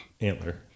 Antler